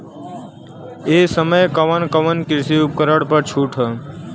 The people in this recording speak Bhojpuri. ए समय कवन कवन कृषि उपकरण पर छूट ह?